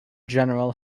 general